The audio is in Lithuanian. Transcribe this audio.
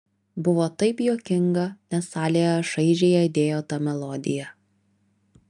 buvo taip juokinga nes salėje šaižiai aidėjo ta melodija